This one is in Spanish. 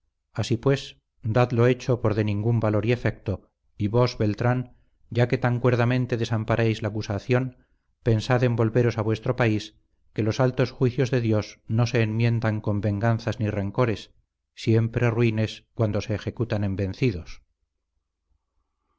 así pues dad lo hecho por de ningún valor y efecto y vos beltrán ya que tan cuerdamente desamparáis la acusación pensad en volveros a vuestro país que los altos juicios de dios no se enmiendan con venganzas ni rencores siempre ruines cuando se ejecutan en vencidos